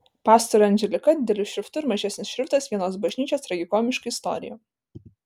pastorė anželika dideliu šriftu ir mažesnis šriftas vienos bažnyčios tragikomiška istorija